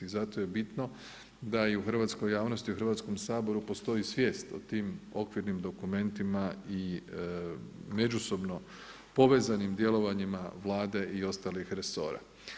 I zato je bitno da i u hrvatskoj javnosti, u Hrvatskom saboru postoji svijest o tim okvirnim dokumentima i međusobno povezanim djelovanjima Vlade i ostalih resora.